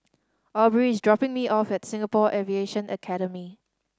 Aubrey is dropping me off at Singapore Aviation Academy